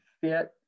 fit